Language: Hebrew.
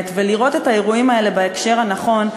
ולראות את האירועים האלה בהקשר הנכון,